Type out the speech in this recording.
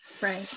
right